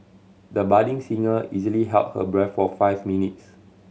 the budding singer easily held her breath for five minutes